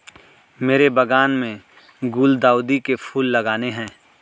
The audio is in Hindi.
मेरे बागान में गुलदाउदी के फूल लगाने हैं